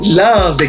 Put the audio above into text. love